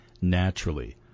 naturally